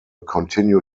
continue